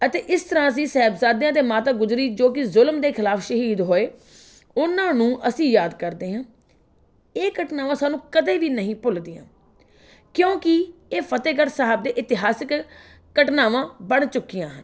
ਅਤੇ ਇਸ ਤਰ੍ਹਾਂ ਅਸੀਂ ਸਾਹਿਬਜ਼ਾਦਿਆਂ ਅਤੇ ਮਾਤਾ ਗੁਜਰੀ ਜੋ ਕਿ ਜ਼ੁਲਮ ਦੇ ਖਿਲਾਫ ਸ਼ਹੀਦ ਹੋਏ ਉਹਨਾਂ ਨੂੰ ਅਸੀਂ ਯਾਦ ਕਰਦੇ ਹਾਂ ਇਹ ਘਟਨਾਵਾਂ ਸਾਨੂੂੰ ਕਦੇ ਵੀ ਨਹੀਂ ਭੁੱਲਦੀਆਂ ਕਿਉਂਕਿ ਇਹ ਫਤਿਹਗੜ੍ਹ ਸਾਹਿਬ ਦੇ ਇਤਿਹਾਸਿਕ ਘਟਨਾਵਾਂ ਬਣ ਚੁੱਕੀਆਂ ਹਨ